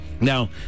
Now